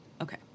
Okay